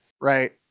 right